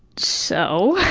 so,